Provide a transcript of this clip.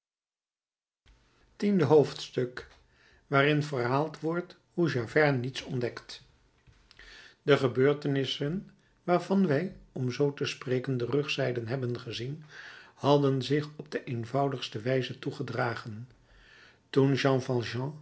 tiende hoofdstuk waarin verhaald wordt hoe javert niets ontdekt de gebeurtenissen waarvan wij om zoo te spreken de rugzijde hebben gezien hadden zich op de eenvoudigste wijze toegedragen toen jean